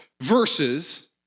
versus